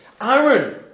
Aaron